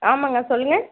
ஆமாங்க சொல்லுங்க